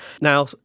Now